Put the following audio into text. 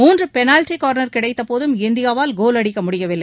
மூன்று penalty corner கிடைத்தபோதும் இந்தியாவால் கோல் அடிக்க முடியவில்லை